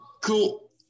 cool